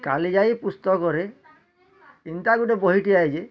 କାଲିଜାଈ ପୁସ୍ତକରେ ଏନ୍ତା ଗୁଟେ ବହି ଟିଏ ଆସିଛି